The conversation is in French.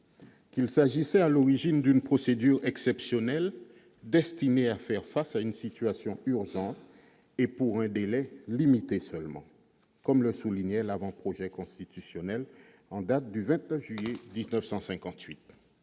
étaient à l'origine une procédure exceptionnelle destinée à faire face à une situation urgente et pour un délai limité seulement, comme le soulignait l'avant-projet constitutionnel en date du 29 juillet 1958.